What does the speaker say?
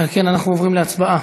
ועל כן אנחנו עוברים להצבעה.